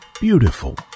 beautiful